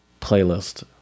Playlist